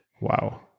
wow